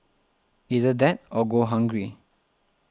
either that or go hungry